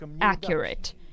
accurate